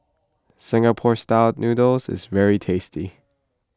Singapore Style Noodles is very tasty